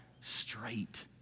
straight